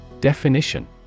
Definition